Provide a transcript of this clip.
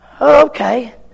Okay